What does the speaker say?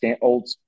old